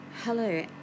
Hello